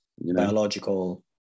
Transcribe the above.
Biological